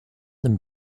them